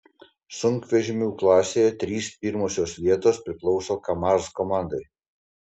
sunkvežimių klasėje trys pirmosios vietos priklauso kamaz komandai